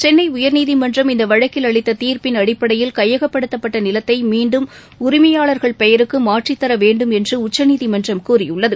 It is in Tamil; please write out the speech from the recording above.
சென்னை உயர்நீதிமன்றம் இந்த வழக்கில் அளித்த தீர்ப்பின் அடிப்படையில் கையப்படுத்தப்பட்ட நிலத்தை மீண்டும் உரிமையாளர்கள் பெயருக்கு மாற்றித்தர வேண்டும் என்று உச்சநீதிமன்றம் கூறியுள்ளது